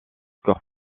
corps